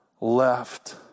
left